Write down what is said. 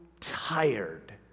tired